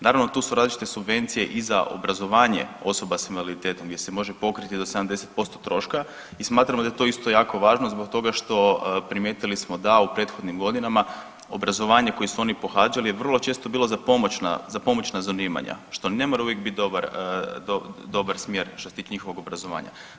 Naravno tu su različite subvencije i za obrazovanje osoba s invaliditetom gdje se može pokriti do 70% troška i smatramo da je to isto jako važno zbog toga što, primijetili smo da u prethodnim godinama obrazovanje koje su oni pohađali je vrlo često bilo za pomoćna, za pomoćna zanimanja, što ne mora uvijek bit dobar, dobar smjer što se tiče njihovog obrazovanja.